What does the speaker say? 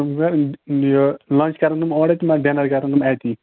تِم درٛاے یہِ لَنٛچ کَرَن تِم اورے تہٕ بیٚہںَے کَرنَے تِم أتی